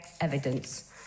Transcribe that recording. evidence